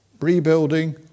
Rebuilding